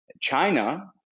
China